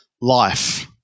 life